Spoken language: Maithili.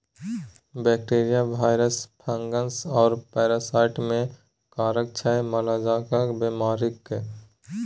बैक्टीरिया, भाइरस, फंगस आ पैरासाइट मेन कारक छै मालजालक बेमारीक